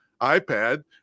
iPad